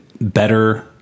better